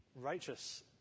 righteous